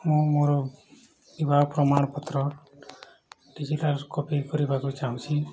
ମୁଁ ମୋର ବିବାହ ପ୍ରମାଣପତ୍ର ଡିଜିଟାଲ୍ କପି କରିବାକୁ ଚାହୁଁଛିି